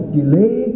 delay